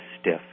stiff